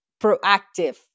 proactive